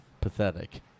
pathetic